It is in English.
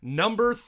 number